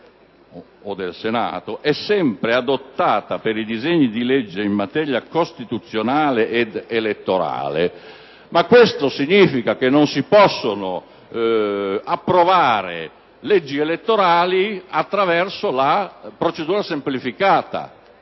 della Camera è sempre adottata per i disegni di legge in materia costituzionale ed elettorale»: ciò significa che non si possono approvare leggi elettorali attraverso la procedura legislativa